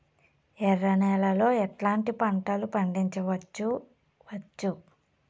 ఎర్ర నేలలో ఎట్లాంటి పంట లు పండించవచ్చు వచ్చు?